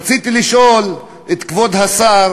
רציתי לשאול את כבוד השר